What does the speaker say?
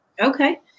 Okay